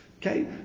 Okay